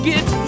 Get